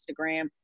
Instagram